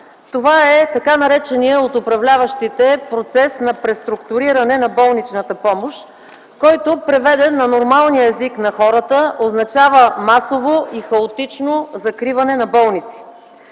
Това е така нареченият от управляващите процес на преструктуриране на болничната помощ, който, преведен на нормалния език на хората, означава масово и хаотично закриване на болници.